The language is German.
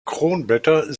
kronblätter